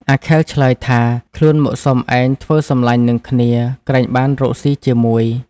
អាខិលឆ្លើយ ថាខ្លួនមកសុំឯងធ្វើសំឡាញ់នឹងគ្នាក្រែងបានរកស៊ីជាមួយ។